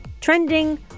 trending